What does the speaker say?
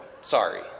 Sorry